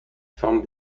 forme